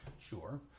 Sure